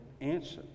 answer